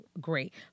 Great